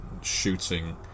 shooting